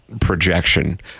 projection